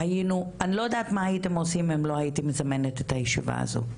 אני לא יודעת מה הייתם עושים אם לא הייתי מזמנת את הישיבה הזאת.